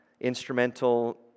instrumental